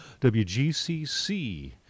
WGCC